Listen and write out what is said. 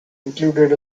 included